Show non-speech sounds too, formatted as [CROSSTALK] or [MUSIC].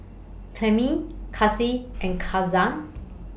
Clemie Kaci and [UNINTELLIGIBLE]